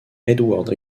edward